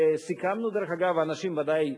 וסיכמנו, דרך אגב, האנשים, בוודאי,